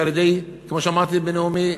כמו שאמרתי בנאומי,